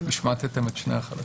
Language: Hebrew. השמטתם את שני החלקים.